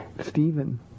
Stephen